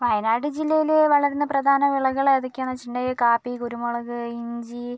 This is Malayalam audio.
വയനാട് ജില്ലയില് വളരുന്ന പ്രധാന വിളകൾ ഏതൊക്കെ എന്ന് വെച്ചിട്ടുണ്ടെങ്കിൽ കാപ്പി കുരുമുളക് ഇഞ്ചി